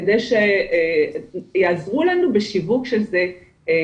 כדי שיעזרו לנו בשיווק של זה לילדים,